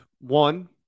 one